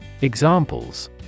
Examples